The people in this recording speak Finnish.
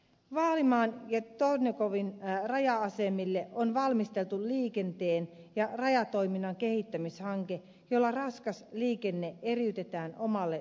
vaalimaan ja torfjanovkan raja asemille on valmisteltu liikenteen ja rajatoiminnan kehittämishanke jolla raskas liikenne eriytetään omalle tarkastusväylälleen